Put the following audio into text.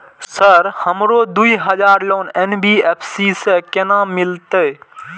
Sir हमरो दूय हजार लोन एन.बी.एफ.सी से केना मिलते?